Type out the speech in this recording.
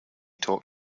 talk